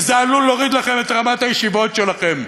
כי זה עלול להוריד לכם את רמת הישיבות שלכם.